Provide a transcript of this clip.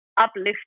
uplift